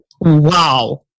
Wow